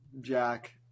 Jack